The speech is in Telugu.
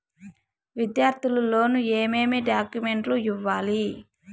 విద్యార్థులు లోను ఏమేమి డాక్యుమెంట్లు ఇవ్వాలి?